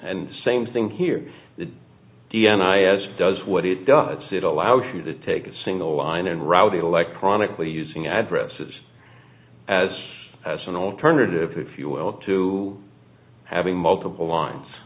and the same thing here is d n i as does what it does it allows you to take a single line and route electronically using addresses as an alternative if you will to having multiple lines